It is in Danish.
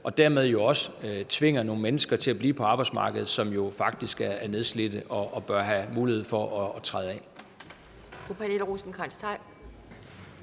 og dermed også tvinger nogle mennesker til at blive på arbejdsmarkedet, som faktisk er nedslidte og bør have mulighed for at træde af.